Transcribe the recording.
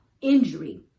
injury